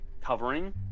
covering